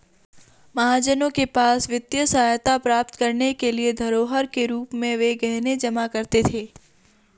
महाजनों के पास वित्तीय सहायता प्राप्त करने के लिए धरोहर के रूप में वे गहने जमा करते थे